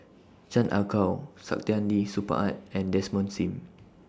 Chan Ah Kow Saktiandi Supaat and Desmond SIM